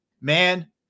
man